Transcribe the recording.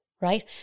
right